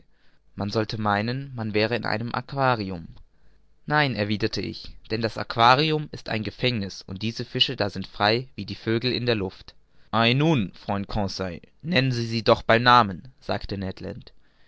man sollte meinen man wäre in einem aquarium nein erwiderte ich denn das aquarium ist ein gefängniß und diese fische da sind frei wie die vögel in der luft ei nun freund conseil nennen sie sie doch bei namen sagte